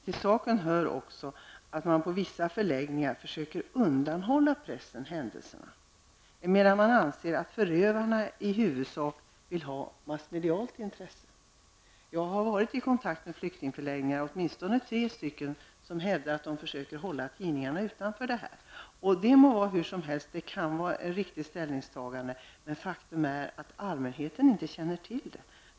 Till saken hör också att man på vissa förläggningar försöker undanhålla pressen händelserna, emedan man anser att förövarna i huvudsak vill ha massmedias intresse. Jag har varit i kontakt med flyktingförläggningar, åtmistone tre stycken, som hävdar att de försöker hålla tidningarna utanför. Det må vara ett riktigt ställningstagande, men faktum är att allmänheten inte känner till det.